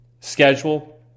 schedule